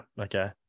okay